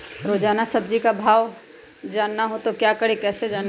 रोजाना सब्जी का भाव जानना हो तो क्या करें कैसे जाने?